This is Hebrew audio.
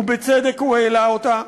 ובצדק הוא העלה אותה.